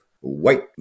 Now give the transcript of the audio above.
white